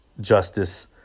justice